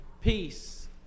peace